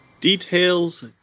Details